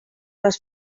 les